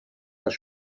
das